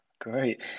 Great